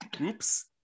Oops